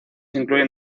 incluyen